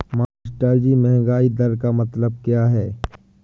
मास्टरजी महंगाई दर का मतलब क्या है?